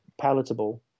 palatable